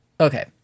Okay